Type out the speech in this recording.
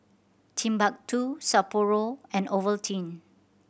Timbuk Two Sapporo and Ovaltine